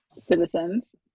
citizens